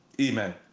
Amen